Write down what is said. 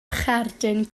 cherdyn